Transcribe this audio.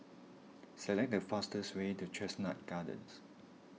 select the fastest way to Chestnut Gardens